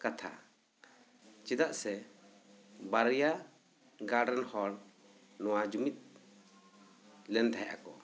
ᱠᱟᱛᱷᱟ ᱪᱮᱫᱟᱜ ᱥᱮ ᱵᱟᱨᱭᱟ ᱜᱟᱲ ᱨᱮᱱ ᱦᱚᱲ ᱱᱚᱣᱟ ᱡᱩᱢᱤᱫ ᱞᱮᱱ ᱛᱟᱦᱮᱸ ᱟᱠᱚ